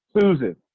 Susan